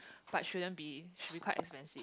but shouldn't be should be quite expensive